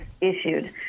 issued